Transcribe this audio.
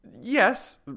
yes